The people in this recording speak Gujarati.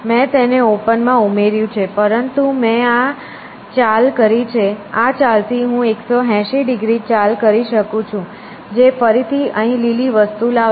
મેં તેને ઓપન માં ઉમેર્યું છે પરંતુ મેં આ ચાલ કરી છે આ ચાલથી હું 180 ડિગ્રી ચાલ કરી શકું છું જે ફરીથી અહીં લીલી વસ્તુ લાવશે